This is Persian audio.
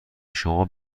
شما